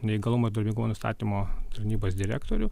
neįgalumo darbingumo nustatymo tarnybos direktorių